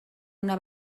una